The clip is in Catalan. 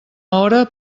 hora